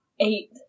eight